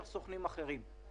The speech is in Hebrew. הפקידים עובדים.